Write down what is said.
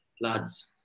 lads